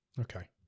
Okay